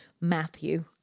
Matthew